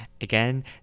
again